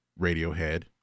Radiohead